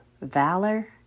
valor